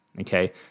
okay